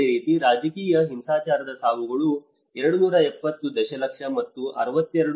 ಅದೇ ರೀತಿ ರಾಜಕೀಯ ಹಿಂಸಾಚಾರದ ಸಾವುಗಳು 270 ಮಿಲಿಯನ್ ಮತ್ತು 62